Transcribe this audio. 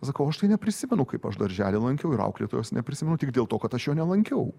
sakau aš tai neprisimenu kaip aš darželį lankiau ir auklėtojos neprisimenu tik dėl to kad aš jo nelankiau